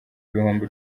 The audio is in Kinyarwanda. ibihumbi